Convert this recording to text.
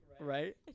right